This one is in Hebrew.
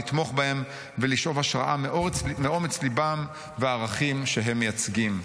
לתמוך בהם ולשאוב השראה מאומץ ליבם והערכים שהם מייצגים.